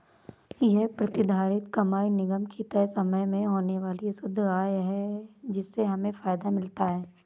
ये प्रतिधारित कमाई निगम की तय समय में होने वाली शुद्ध आय है जिससे हमें फायदा मिलता है